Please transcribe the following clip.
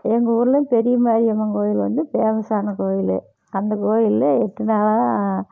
எங்கள் ஊரில் பெரிய மாரியம்மன் கோயில் வந்து ஃபேமஸான கோவில் அந்த கோவிலில் எட்டு நாளாக